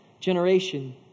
generation